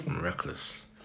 reckless